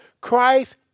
Christ